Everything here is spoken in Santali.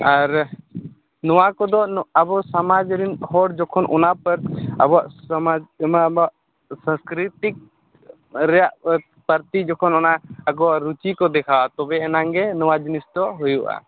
ᱟᱨ ᱱᱚᱣᱟ ᱠᱚᱫᱚ ᱟᱵᱚ ᱥᱟᱢᱟᱡᱽ ᱨᱮᱱ ᱦᱚᱲ ᱡᱚᱠᱷᱚᱱ ᱚᱱᱟ ᱯᱟᱨᱥ ᱟᱵᱚᱣᱟᱜ ᱥᱚᱢᱟᱡᱽ ᱚᱱᱟ ᱟᱵᱚᱣᱟᱜ ᱥᱚᱥᱠᱨᱤᱛᱤᱠ ᱨᱮᱭᱟᱜ ᱯᱟᱹᱨᱥᱤ ᱡᱚᱠᱷᱚᱱ ᱚᱱᱟ ᱟᱠᱚᱣᱟᱜ ᱨᱩᱪᱤᱠᱚ ᱫᱮᱠᱷᱟᱣᱟ ᱛᱚᱵᱮᱣᱟᱱᱟᱜ ᱜᱮ ᱱᱚᱣᱟ ᱡᱤᱱᱤᱥ ᱫᱚ ᱦᱩᱭᱩᱜᱼᱟ